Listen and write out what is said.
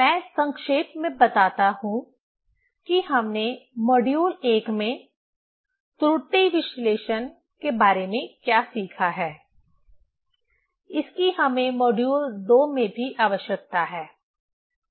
मैं संक्षेप में बताता हूं कि हमने मॉड्यूल I में त्रुटि विश्लेषण के बारे में क्या सीखा है इसकी हमें मॉड्यूल II में भी आवश्यकता है